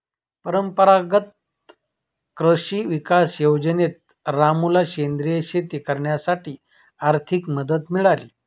परंपरागत कृषी विकास योजनेत रामूला सेंद्रिय शेती करण्यासाठी आर्थिक मदत मिळाली